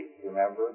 Remember